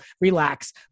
Relax